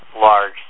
large